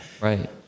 Right